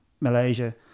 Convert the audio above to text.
Malaysia